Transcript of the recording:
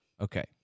Okay